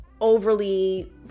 overly